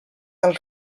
del